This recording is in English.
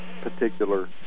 particular